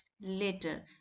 Later